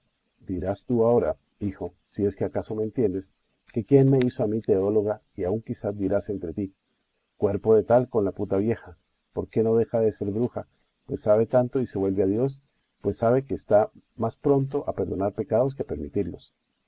dirás tú ahora hijo si es que acaso me entiendes que quién me hizo a mí teóloga y aun quizá dirás entre ti cuerpo de tal con la puta vieja por qué no deja de ser bruja pues sabe tanto y se vuelve a dios pues sabe que está más prompto a perdonar pecados que a permitirlos